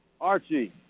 Archie